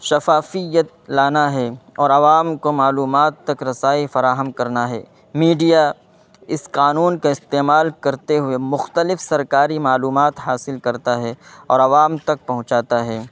شفافیت لانا ہے اور عوام کو معلومات تک رسائی فراہم کرنا ہے میڈیا اس قانون کا استعمال کرتے ہوئے مختلف سرکاری معلومات حاصل کرتا ہے اور عوام تک پہنچاتا ہے